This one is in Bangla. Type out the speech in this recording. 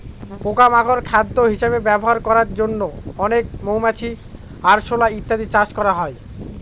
পোকা মাকড় খাদ্য হিসেবে ব্যবহার করার জন্য অনেক মৌমাছি, আরশোলা ইত্যাদি চাষ করা হয়